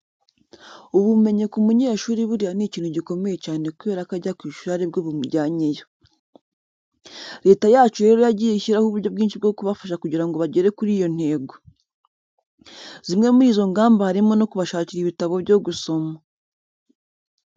Ubumenyi ku munyeshuri buriya ni ikintu gikomeye cyane kubera ko ajya ku ishuri ari bwo bumujyanyeyo. Leta yacu rero yagiye ishyiraho uburyo bwinshi bwo kubafasha kugira ngo bagere kuri iyo ntego. Zimwe muri izo ngamba harimo no kubashakira ibitabo byo gusoma.